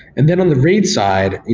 and then on the read side,